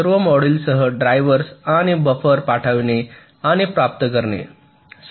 सर्व मॉड्यूल्ससह ड्रायव्हर्स आणि बफर पाठविणे आणि प्राप्त करणे